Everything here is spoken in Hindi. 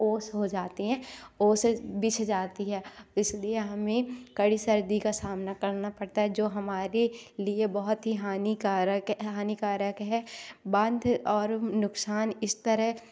ओस हो जाते हैं ओस बिछ जाती है इस लिए हमें कड़ी सर्दी का सामना करना पड़ता है जो हमारे लिए बहुत ही हानिकारक हानिकारक है बांद और नुक़सान इस तरह